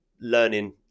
learning